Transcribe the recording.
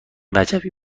وجبی